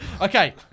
Okay